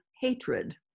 hatred